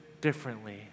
differently